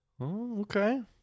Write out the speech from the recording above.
okay